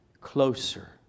closer